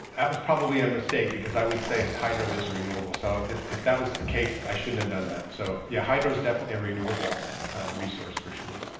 that was probably a mistake because i would say hydro is renewable. so if if that was the case, i shouldn't have done that. so yeah, hydro is definitely a renewable resource for sure.